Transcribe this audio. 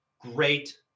great